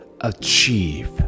achieve